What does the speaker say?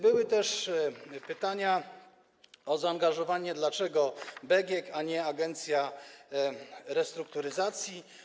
Były też pytania o zaangażowanie, o to, dlaczego BGK, a nie agencja restrukturyzacji.